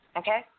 okay